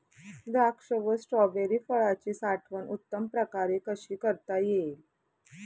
द्राक्ष व स्ट्रॉबेरी फळाची साठवण उत्तम प्रकारे कशी करता येईल?